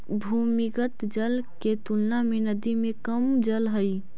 भूमिगत जल के तुलना में नदी में कम जल हई